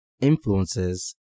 influences